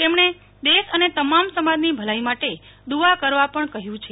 તેમણે દેશ અને તમામ સમાજની ભલાઈ માટે દુઆ કરવા પણ કહ્યું છે